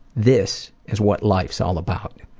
this is what life's all about,